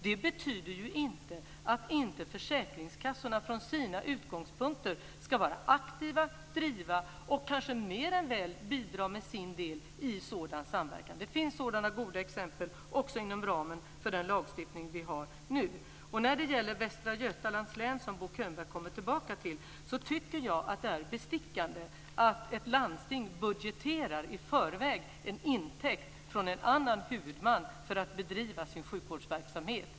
Det betyder ju inte att inte försäkringskassorna från sina utgångspunkter ska vara aktiva, driva och kanske mer än väl bidra med sin del i sådan samverkan. Det finns sådana goda exempel också inom ramen för den lagstiftning vi har nu. När det gäller Västra Götalands län, som Bo Könberg kommer tillbaka till, tycker jag att det är anmärkningsvärt att ett landsting i förväg budgeterar en intäkt från en annan huvudman för att bedriva sin sjukvårdsverksamhet.